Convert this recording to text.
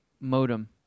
modem